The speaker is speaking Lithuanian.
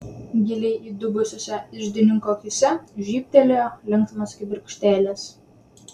giliai įdubusiose iždininko akyse žybtelėjo linksmos kibirkštėlės